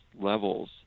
levels